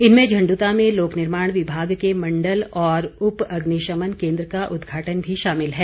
इनमें झंड्ता में लोक निर्माण विभाग के मंडल और उप अग्निशमन केंद्र का उद्घाटन भी शामिल है